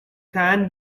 can